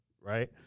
right